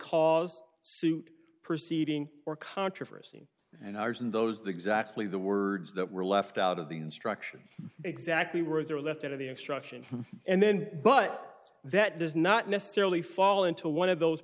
cause suit proceeding or controversy and i was in those the exactly the words that were left out of the instructions exactly were left out of the instructions and then but that does not necessarily fall into one of those